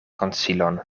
konsilon